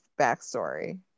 backstory